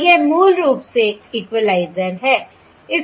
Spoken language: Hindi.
और यह मूल रूप से इक्वलाइज़र है